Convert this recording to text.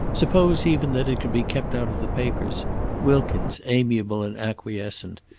suppose even that it could be kept out of the papers wilkins amiable and acquiescent,